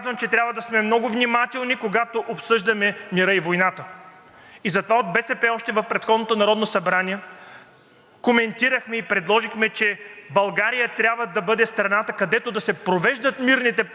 коментирахме и предложихме, че България трябва да бъде страната, където да се провеждат мирните преговори между два славянски народа, а не да коментираме да даваме ли, или да не даваме оръжие.